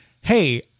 hey